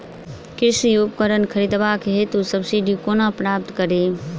कृषि उपकरण खरीदबाक हेतु सब्सिडी कोना प्राप्त कड़ी?